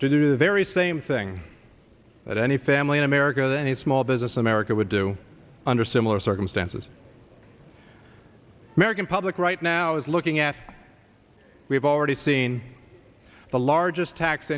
do the very same thing that any family in america that any small business america would do under similar circumstances american public right now is looking at we have already seen the largest tax